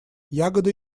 ягоды